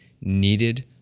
needed